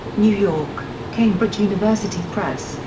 new york cambridge university press,